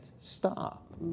stop